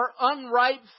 unripe